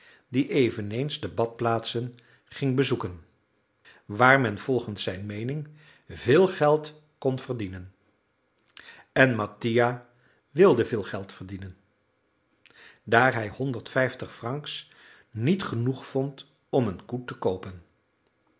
die eveneens de badplaatsen ging bezoeken waar men volgens zijn meening veel geld kon verdienen en mattia wilde veel geld verdienen daar hij honderd vijftig francs niet genoeg vond om een koe te koopen